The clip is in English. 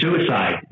suicide